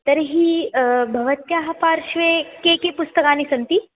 तर्हि भवत्याः पार्श्वे के के पुस्तकानि सन्ति